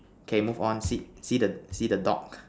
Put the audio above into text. okay move on see see the see the dog